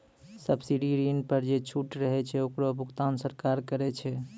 subsidy ऋण पर जे छूट रहै छै ओकरो भुगतान सरकार करै छै